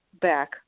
back